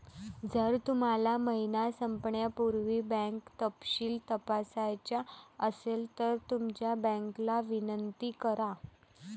जर तुम्हाला महिना संपण्यापूर्वी बँक तपशील तपासायचा असेल तर तुमच्या बँकेला विनंती करा